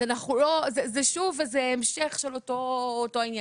אז אנחנו לא, זה שוב איזה המשך של אותו עניין.